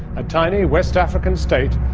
a tiny west african state,